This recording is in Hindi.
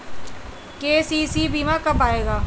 के.सी.सी बीमा कब आएगा?